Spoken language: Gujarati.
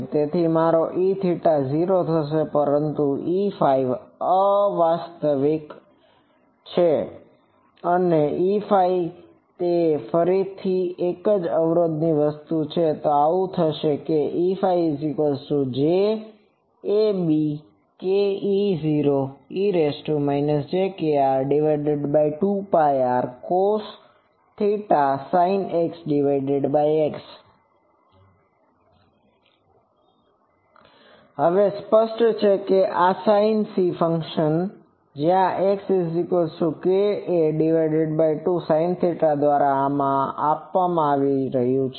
તેથી મારો Eθ0 થશે પરંતુ Eφ અસ્તિત્વમાં છે અને Eφ એ ફરીથી તે જ અવરોધ વસ્તુ છે અને તે આવું થશે Eɸj ab k E0 e j kr 2πrcosθsinXX હવે સ્પષ્ટ છે કે આ sin c ફંક્શન જ્યાં આ Xk a2sinθ દ્વારા આપવામાં આવ્યું છે